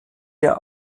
der